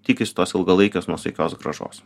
tikisi tos ilgalaikės nuosaikios grąžos